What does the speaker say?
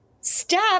step